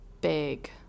Big